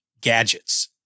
gadgets